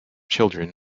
children